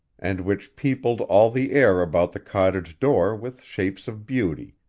and which peopled all the air about the cottage-door with shapes of beauty,